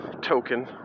token